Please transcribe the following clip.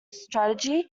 strategy